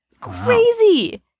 Crazy